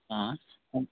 हाँ